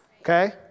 Okay